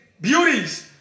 beauties